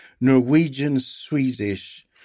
Norwegian-Swedish